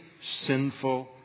sinful